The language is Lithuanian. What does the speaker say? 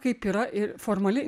kaip yra ir formali